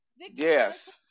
Yes